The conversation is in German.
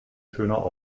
schöner